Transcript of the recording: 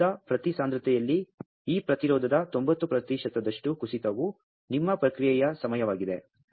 ಅನಿಲದ ಪ್ರತಿ ಸಾಂದ್ರತೆಯಲ್ಲಿ ಈ ಪ್ರತಿರೋಧದ 90 ಪ್ರತಿಶತದಷ್ಟು ಕುಸಿತವು ನಿಮ್ಮ ಪ್ರತಿಕ್ರಿಯೆಯ ಸಮಯವಾಗಿದೆ